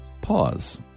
pause